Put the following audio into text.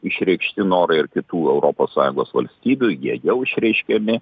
išreikšti norai ir kitų europos sąjungos valstybių jie jau išreiškiami